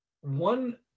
One